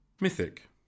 Mythic